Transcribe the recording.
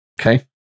Okay